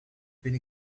been